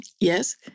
Yes